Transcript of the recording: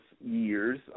years